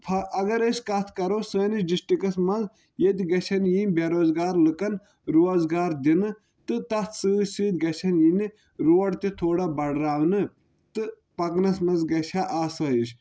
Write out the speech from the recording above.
اَگر أسۍ کَتھ کَرو سٲنِس ڈسٹرکَس منٛز ییٚتہِ گژھَن یِنۍ بیٚروزگار لُکن روزگار دِنہٕ تہٕ تَتھ سۭتۍ سۭتۍ گژھَن یِنہِ روڈ تہِ تھوڑا بَڑراونہٕ تہٕ پَکنَس منز گژھِ ہا آسٲیِش